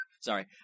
Sorry